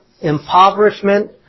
impoverishment